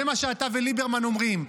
זה מה שאתה וליברמן אומרים,